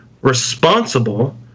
responsible